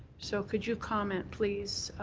so could you comment, please,